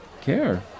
care